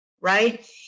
right